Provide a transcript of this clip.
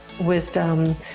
wisdom